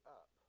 up